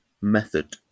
Method